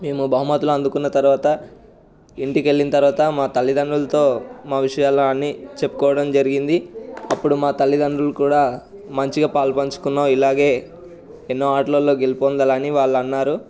మేము బహుమతులు అందుకున్న తర్వాత ఇంటికి వెళ్ళిన తర్వాత మా తల్లిదండ్రులతో మా విషయాలు అన్ని చెప్పుకోవడం జరిగింది అప్పుడు మా తల్లిదండ్రులు కూడా మంచిగా పాలుపంచుకున్న ఇలాగే ఎన్నో ఆటలలో గెలుపొందాలని వాళ్ళు అన్నారు